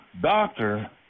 doctor